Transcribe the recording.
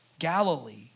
Galilee